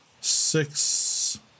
six